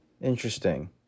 Interesting